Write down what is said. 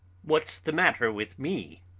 what's the matter with me,